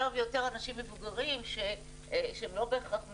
ויותר אנשים מבוגרים שהם לא בהכרח מלידה,